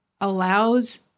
allows